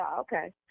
Okay